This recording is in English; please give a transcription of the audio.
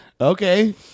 Okay